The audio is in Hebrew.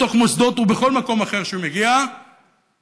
בתוך מוסדות ובכל מקום אחר שהוא מגיע אליו.